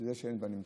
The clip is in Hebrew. שאינם בנמצא.